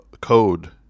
code